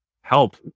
help